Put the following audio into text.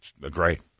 great